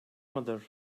mıdır